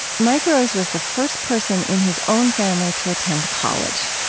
mike rose was the first person in his own family to attend college,